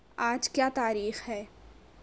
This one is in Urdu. آج کیا تاریخ ہے